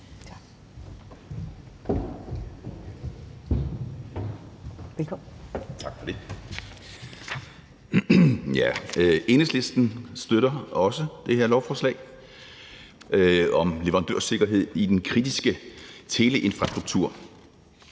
Enhedslisten støtter også det her lovforslag om leverandørsikkerhed i den kritiske teleinfrastruktur.